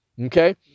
okay